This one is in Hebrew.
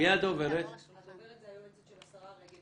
הדוברת של השרה רגב.